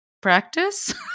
practice